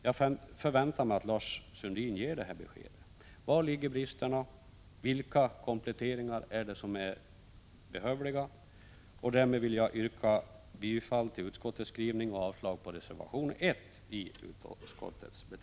Jag förväntar mig att Lars Sundin ger oss detta besked. Vari ligger bristerna? Vilka kompletteringar behövs? Jag yrkar därmed bifall till utskottets hemställan och avslag på reservation 1.